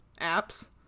apps